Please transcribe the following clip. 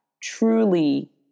truly